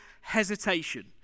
hesitation